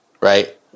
right